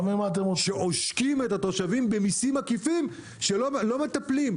שעושקים את התושבים במיסים עקיפים שלא מטפלים.